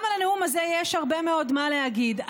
גם על הנאום הזה יש הרבה מאוד מה להגיד,